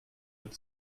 but